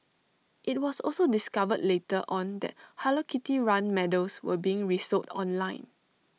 IT was also discovered later on that hello kitty run medals were being resold online